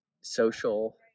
social